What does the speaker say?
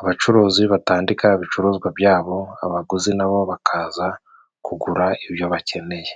abacuruzi batandika ibicuruzwa byabo abaguzi n'abo bakaza kugura ibyo bakeneye.